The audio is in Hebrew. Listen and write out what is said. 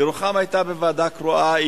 ירוחם היתה בוועדה קרואה.